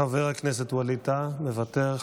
חבר הכנסת ווליד טאהא, מוותר.